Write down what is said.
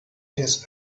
his